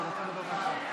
בהחלטת ועדת השרים,